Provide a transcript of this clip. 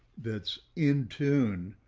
that's in tune,